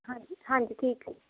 ਹਾਂਜੀ ਹਾਂਜੀ ਠੀਕ ਹੈ